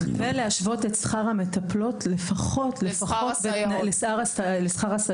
ולהשוות את שכר המטפלות לפחות לשכר הסייעות.